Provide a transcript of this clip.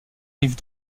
rive